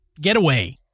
getaway